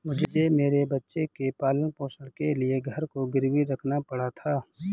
मुझे मेरे बच्चे के पालन पोषण के लिए घर को गिरवी रखना पड़ा था